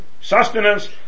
sustenance